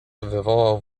wywoływał